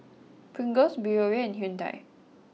Pringles Biore and Hyundai